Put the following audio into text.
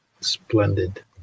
Splendid